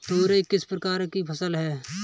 तोरई किस प्रकार की फसल है?